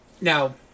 Now